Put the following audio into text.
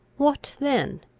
what then?